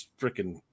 freaking